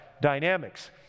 dynamics